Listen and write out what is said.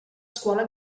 scuola